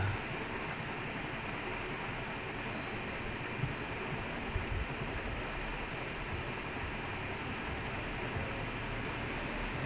and the tamil to english translate பண்ணனுமா இல்லனா:pannanumaa illanaa err in the tamil in the tamil ah type பண்ணனுமா தெரியல:pannanumaa therila